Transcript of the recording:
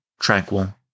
tranquil